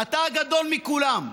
אתה הגדול מכולם,